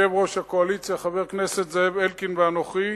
יושב-ראש הקואליציה חבר הכנסת זאב אלקין ואנוכי,